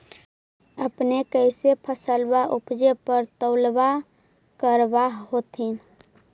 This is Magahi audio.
अपने कैसे फसलबा उपजे पर तौलबा करबा होत्थिन?